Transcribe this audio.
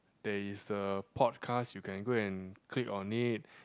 there is a podcast you can go and click on it